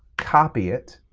copy it,